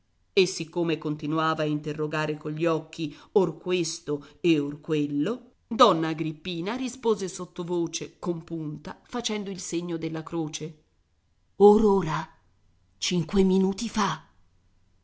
e siccome continuava a interrogare cogli occhi or questo e or quello donna agrippina rispose sottovoce compunta facendo il segno della croce or ora cinque minuti fa